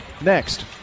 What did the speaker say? next